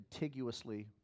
contiguously